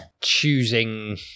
choosing